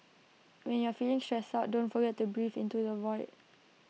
when you are feeling stressed out don't forget to breathe into the void